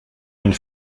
une